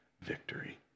victory